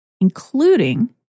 including